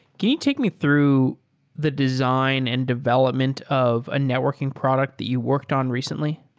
you you take me through the design and development of a networking product that you worked on recently?